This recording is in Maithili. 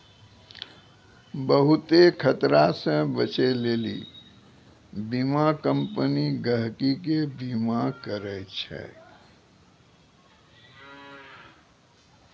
बहुते खतरा से बचै लेली बीमा कम्पनी गहकि के बीमा करै छै